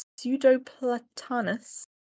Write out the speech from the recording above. pseudoplatanus